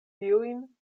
tiujn